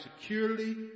securely